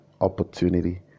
opportunity